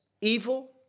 evil